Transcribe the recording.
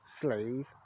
slave